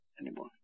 anymore